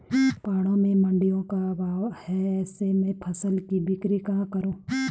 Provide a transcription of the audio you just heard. पहाड़ों में मडिंयों का अभाव है ऐसे में फसल की बिक्री कहाँ करूँ?